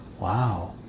Wow